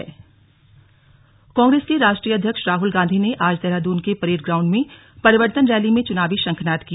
slug Rahul की rally Congress के राष्ट्रीय अध्यक्ष राहुल गांधी ने आज देहरादून के परेड ग्राउंड में परिवर्तन रैली में चुनावी शंखनाद किया